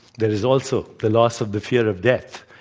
there is also the loss of the fear of death,